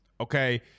Okay